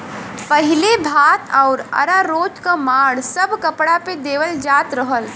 पहिले भात आउर अरारोट क माड़ सब कपड़ा पे देवल जात रहल